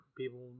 people